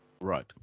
Right